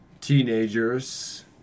teenagers